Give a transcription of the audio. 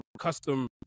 custom